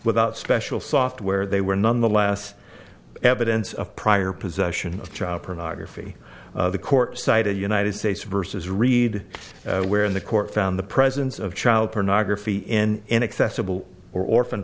without special software they were nonetheless evidence of prior possession of child pornography the court cited united states versus reed where the court found the presence of child pornography in inaccessible orphan